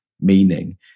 meaning